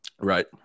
Right